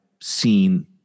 seen